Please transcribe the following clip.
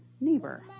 neighbor